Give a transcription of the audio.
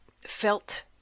felt